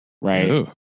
right